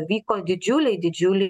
vyko didžiuliai didžiuliai